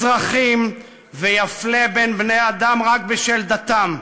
אזרחים, ויפלה בין בני-אדם רק בשל דתם?